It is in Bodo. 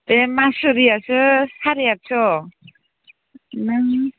बे मासुरिआसो साराय आदस' ओमफ्राय